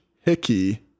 Hickey